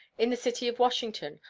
in the city of washington,